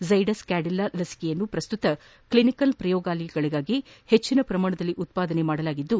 ರ್ಜುಡಸ್ ಕ್ಲಾಡಿಲ್ಲಾ ಲಸಿಕೆಯನ್ನು ಪ್ರಸ್ತುತ ಕ್ಲಿನಿಕಲ್ ಪ್ರಯೋಗಗಳಿಗಾಗಿ ಹೆಚ್ಚಿನ ಪ್ರಮಾಣದಲ್ಲಿ ಉತ್ಪಾದಿಸಲಾಗಿದ್ದು